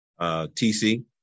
TC